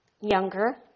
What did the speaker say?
younger